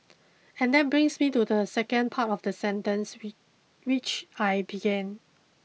and that brings me to the second part of the sentence with which I began